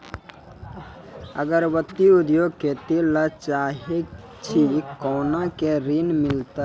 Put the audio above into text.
अगरबत्ती उद्योग खोले ला चाहे छी कोना के ऋण मिलत?